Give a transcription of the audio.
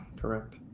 correct